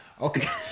okay